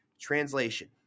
Translation